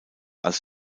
als